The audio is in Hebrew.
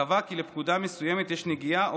קבע כי לפקודה מסוימת יש נגיעה או